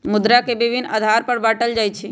मुद्रा के विभिन्न आधार पर बाटल जाइ छइ